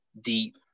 deep